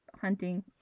hunting